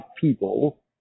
people